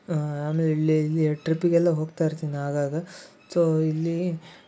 ಆಮೇಲೆ ಇಲ್ಲಿ ಇಲ್ಲಿಯ ಟ್ರಿಪ್ಪಿಗೆಲ್ಲ ಹೋಗ್ತಾ ಇರ್ತೀನಿ ಆಗಾಗ ಸೋ ಇಲ್ಲಿ